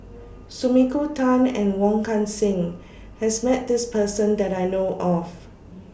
Sumiko Tan and Wong Kan Seng has Met This Person that I know of